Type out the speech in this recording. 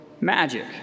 magic